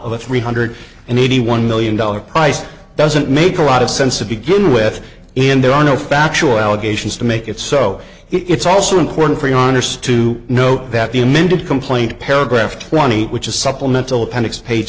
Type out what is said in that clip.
of a three hundred and eighty one million dollar price doesn't make a lot of sense to begin with and there are no factual allegations to make it so it's also important for your honor stu know that the amended complaint paragraph twenty which is a supplemental appendix pa